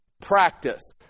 Practice